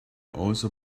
also